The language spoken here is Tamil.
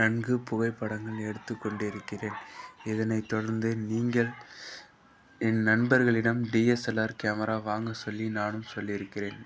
நன்கு புகைப்படங்கள் எடுத்துக் கொண்டிருக்கிறேன் இதனை தொடர்ந்து நீங்கள் என் நண்பர்களிடம் டிஎஸ்எல்ஆர் கேமரா வாங்க சொல்லி நானும் சொல்லியிருக்கிறேன்